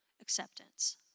acceptance